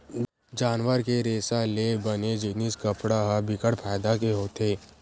जानवर के रेसा ले बने जिनिस कपड़ा ह बिकट फायदा के होथे